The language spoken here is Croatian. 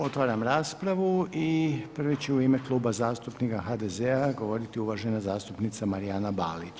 Otvaram raspravu i prvi će u ime kluba zastupnika HDZ-a govoriti uvažena zastupnica Marijana Balić.